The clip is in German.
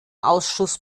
ausschuss